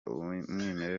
umwimerere